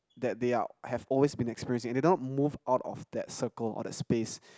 that they are have always been experiencing they don't move out of that circle or that space